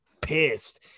pissed